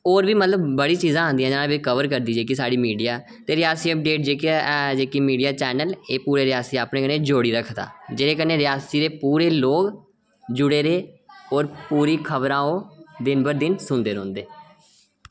और बी मतलब बड़ी चीजां आंदियां जां प्ही कवर करदी जेह्की साढ़ी मीडिया ते रियासी अपडेट जेह्का है जेह्की मीडिया चैनल एह् पूरा रियासी अपने कन्नै जोड़ियै रखदा जेह्दे कन्नै रेयासी दे पूरे लोक जुड़े दे और पूरी खबरां ओह् दिन बर दिन सुनदे रौंह्दे